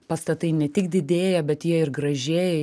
pastatai ne tik didėja bet jie ir gražėja